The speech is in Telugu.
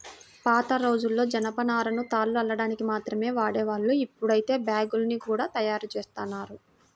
పాతరోజుల్లో జనపనారను తాళ్లు అల్లడానికి మాత్రమే వాడేవాళ్ళు, ఇప్పుడైతే బ్యాగ్గుల్ని గూడా తయ్యారుజేత్తన్నారు